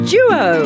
Duo